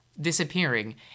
disappearing